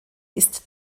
ist